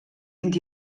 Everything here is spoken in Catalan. vint